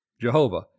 Jehovah